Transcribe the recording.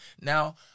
now